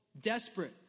desperate